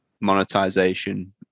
monetization